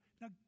Now